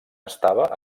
estava